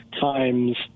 times